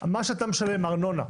--- אתה חושב שאם הממשלה מעבירה כסף,